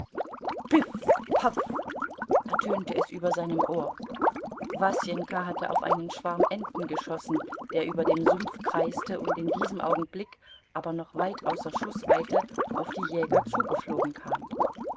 ertönte es über seinem ohr wasenka hatte auf einen schwarm enten geschossen der über dem sumpf kreiste und in diesem augenblick aber noch weit außer schußweite auf die jäger zugeflogen kam